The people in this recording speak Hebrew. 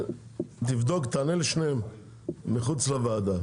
תבדוק את הנושא ותענה לשניהם מחוץ לוועדה.